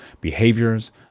behaviors